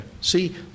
see